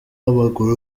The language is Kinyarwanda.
w’amaguru